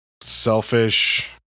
selfish